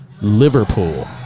Liverpool